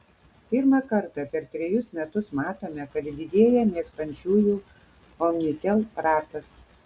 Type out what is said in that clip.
pirmą kartą per trejus metus matome kad didėja mėgstančiųjų omnitel ratas